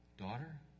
daughter